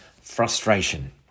frustration